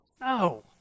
no